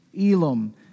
Elam